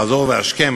חזור והשכם,